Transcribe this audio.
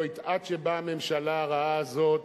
עד שבאה הממשלה הרעה הזאת,